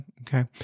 okay